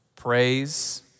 praise